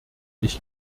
ich